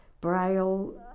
Braille